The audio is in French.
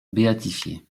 béatifié